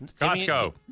Costco